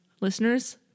listeners